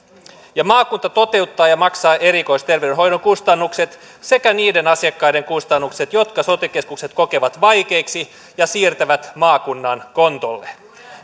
maakunta toteuttaa ja maksaa erikoisterveydenhoidon kustannukset sekä niiden asiakkaiden kustannukset jotka sote keskukset kokevat vaikeiksi ja siirtävät maakunnan kontolle